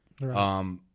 Right